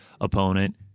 opponent